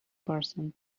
person